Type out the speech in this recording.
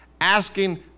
asking